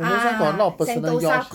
sentosa got a lot of personal yacht